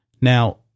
Now